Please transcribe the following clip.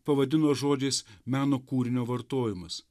pavadino žodžiais meno kūrinio vartojimas